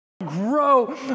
grow